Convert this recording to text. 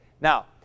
Now